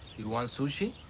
you want sushi?